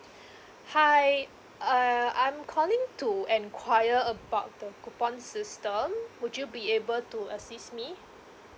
hi uh I'm calling to enquire about the coupon system would you be able to assist me